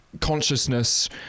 consciousness